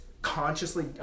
consciously